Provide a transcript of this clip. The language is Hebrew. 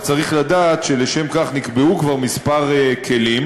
אבל צריך לדעת שלשם כך נקבעו כבר כמה כלים.